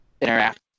interact